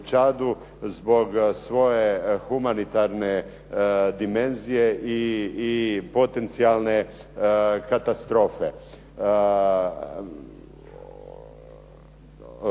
zbog svoje humanitarne dimenzije i potencijalne katastrofe.